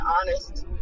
honest